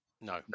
No